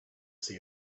see